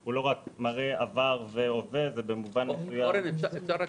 הוא לא רק מראה עבר והווה ובמובן מסוים --- שאלה,